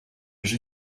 jeu